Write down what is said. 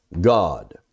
God